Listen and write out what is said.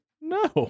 No